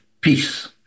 peace